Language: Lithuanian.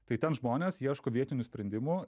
tai ten žmonės ieško vietinių sprendimų